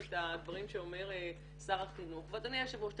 את הדברים שאומר שר החינוך ואדוני היושב ראש,